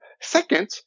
second